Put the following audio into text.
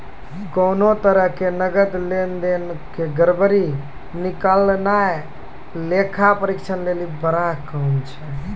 कोनो तरहो के नकद लेन देन के गड़बड़ी निकालनाय लेखा परीक्षक लेली बड़ा काम छै